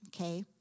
okay